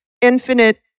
infinite